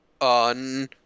On